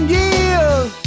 years